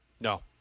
No